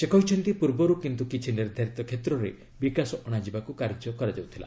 ସେ କହିଛନ୍ତି ପୂର୍ବରୁ କିନ୍ତୁ କିଛି ନିର୍ଦ୍ଧାରିତ କ୍ଷେତ୍ରରେ ବିକାଶ ଅଣାଯିବାକୁ କାର୍ଯ୍ୟ କରାଯାଉଥିଲା